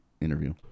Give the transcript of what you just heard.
interview